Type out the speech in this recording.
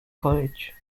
college